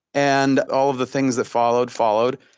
and all of the things that followed, followed.